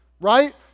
right